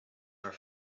are